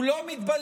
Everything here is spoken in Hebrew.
הוא לא מתבלבל.